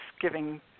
giving